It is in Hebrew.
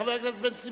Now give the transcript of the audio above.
חבר הכנסת בן-סימון,